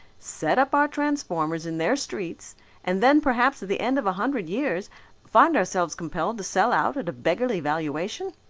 set up our transformers in their streets and then perhaps at the end of a hundred years find ourselves compelled to sell out at a beggarly valuation.